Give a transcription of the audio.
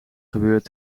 gebeurd